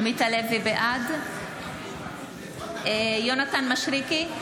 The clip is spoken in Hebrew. עמית הלוי, בעד יונתן מישרקי,